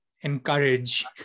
encourage